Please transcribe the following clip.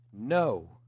No